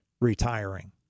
retiring